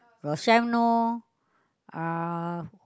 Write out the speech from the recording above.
Rosyam-Nor uh